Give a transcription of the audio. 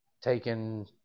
taken